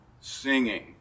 singing